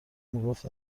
میگفت